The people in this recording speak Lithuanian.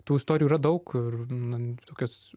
tų istorijų yra daug ir nu tokius